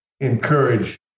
encourage